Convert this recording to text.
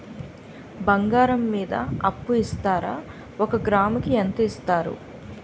బంగారం మీద అప్పు ఇస్తారా? ఒక గ్రాము కి ఎంత ఇస్తారు?